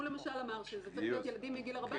הוא אמר למשל שזה צריך להיות ילדים מגיל 14